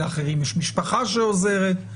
לאחרים יש משפחה שעוזרת,